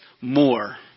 more